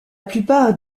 plupart